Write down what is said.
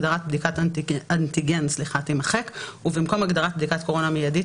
הגדרת "בדיקת אנטיגן" תימחק ובמקום הגדרת "בדיקת קורונה מיידית",